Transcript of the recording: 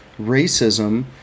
racism